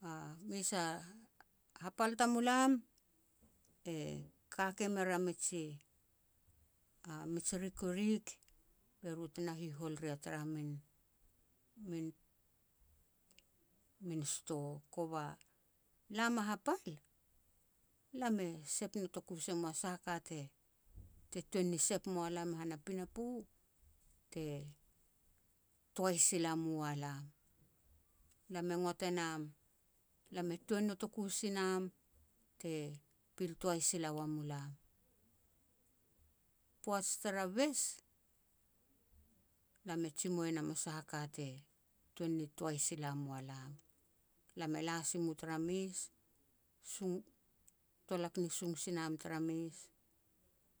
A mes a hapal tamulam e ka ke mer a miji-miji rikirik be ru te na hihol ria tara min-min-min sto, kova lam a hapal lam e sep notoku se mua sah a ka te-te tuan ni sep mua lam han a pinapo, te toai sila mu a lam. Lam e ngot e nam, lam e tuan notoku si nam te pil toai sila ua mulam. Poaj tara bes, lam e jimou e nam a sah a ka te tuan ni toai sila mua lam. Lam e la si mu tara mes, tolak ni sung si nam tara mes,